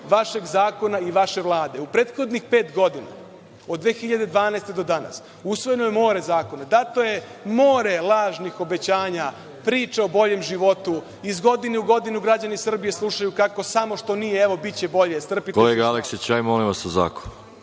vašeg zakona i vaše Vlade. U prethodnih pet godina, od 2012. do danas, usvojeno je more zakona, dato je more lažnih obećanja, priča o boljem životu, iz godine u godinu građani Srbije slušaju kako samo što nije, evo biće bolje, strpite se… **Veroljub